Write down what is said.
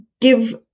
give